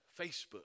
Facebook